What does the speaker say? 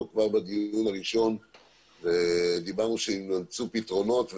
כבר בדיון הראשון ודיברנו שיימצאו פתרונות,